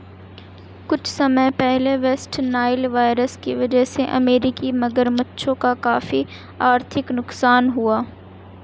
कुछ समय पहले वेस्ट नाइल वायरस की वजह से अमेरिकी मगरमच्छों का काफी आर्थिक नुकसान हुआ